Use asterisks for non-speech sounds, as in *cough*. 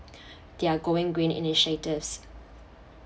*breath* their going green initiatives